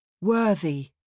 Worthy